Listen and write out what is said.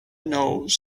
knows